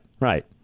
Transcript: right